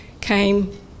came